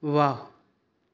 वाह